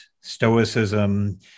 stoicism